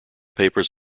papers